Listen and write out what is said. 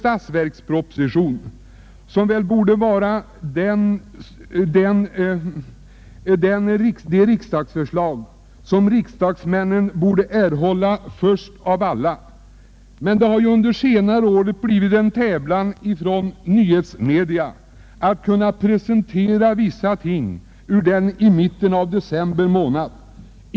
Statsverkspropositionen borde väl vara det förslag som riksdagsmännen fick först av alla. Men under senare år har det ju blivit en tävlan från massmedias sida att presentera vissa uppgifter ur statsverksproposi tionen i mitten av december.